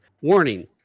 Warning